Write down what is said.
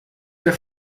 der